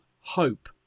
hope